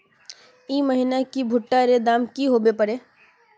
ई महीना की भुट्टा र दाम की होबे परे?